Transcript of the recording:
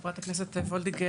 חברת הכנסת וולדיגר,